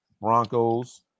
Broncos